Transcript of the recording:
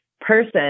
person